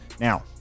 Now